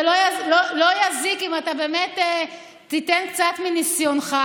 ולא יזיק אם אתה באמת תיתן קצת מניסיונך,